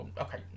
okay